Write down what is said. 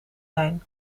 zijn